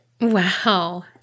Wow